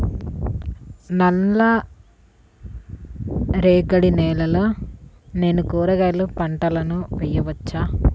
నల్ల రేగడి నేలలో నేను కూరగాయల పంటను వేయచ్చా?